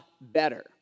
better